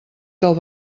del